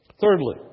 Thirdly